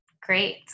Great